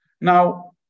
Now